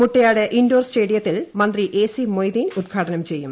Muttayad indoor സ്റ്റേഡിയത്തിൽ മന്ത്രി A C Moideen ഉദ്ഘാടനം ചെയ്യും